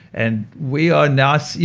and we are now. so